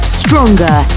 stronger